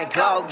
go